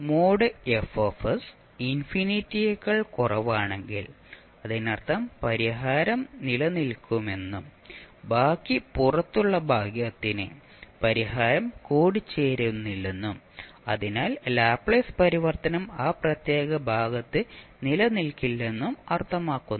mode F ഇൻഫിനിറ്റിയേക്കാൾ കുറവാണെങ്കിൽ അതിനർത്ഥം പരിഹാരം നിലനിൽക്കുമെന്നും ബാക്കി പുറത്തുള്ള ഭാഗത്തിന് പരിഹാരം കൂടിച്ചേരുകയില്ലെന്നും അതിനാൽ ലാപ്ലേസ് പരിവർത്തനം ആ പ്രത്യേക ഭാഗത്ത് നിലനിൽക്കില്ലെന്നും അർത്ഥമാക്കുന്നു